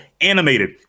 animated